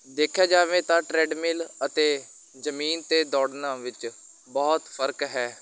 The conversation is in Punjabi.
ਦੇਖਿਆ ਜਾਵੇ ਤਾਂ ਟਰੈਡਮਿਲ ਅਤੇ ਜ਼ਮੀਨ 'ਤੇ ਦੌੜਨਾ ਵਿੱਚ ਬਹੁਤ ਫਰਕ ਹੈ